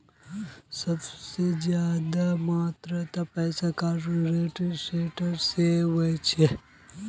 सबसे ज्यादा मात्रात पैसा कॉर्पोरेट सेक्टर से ही वोसोह